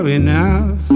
enough